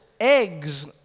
Eggs